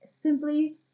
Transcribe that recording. simply